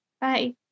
bye